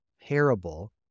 parable